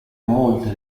molte